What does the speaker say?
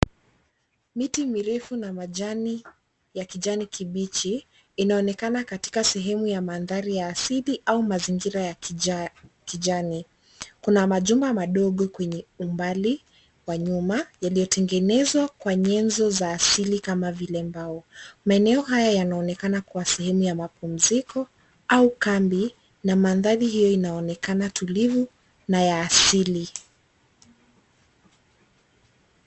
Miti mirefu yenye majani ya kijani kibichi inaonekana katika sehemu ya mandhari ya asili au mazingira ya kijani. Kuna majumba madogo kwa mbali, kwa nyuma, yaliyotengenezwa kwa nyenzo vya asili kama vile mbao. Umaeneo haya yanaonekana kuwa sehemu ya mapumziko au kambi, na mandhari hiyo inaonekana tulivu na ya asili.